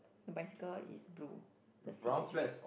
bicycle is blue the seat is red